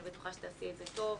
אני בטוחה שתעשי את זה טוב.